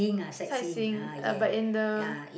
sightseeing uh but in the